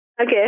Okay